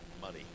muddy